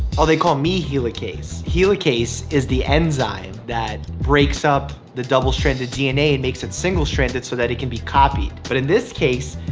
oh they call me helicase. helicase is the enzyme that breaks up the double-stranded dna and makes it single-stranded so that it can be copied. but in this case,